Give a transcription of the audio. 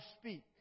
speak